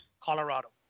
Colorado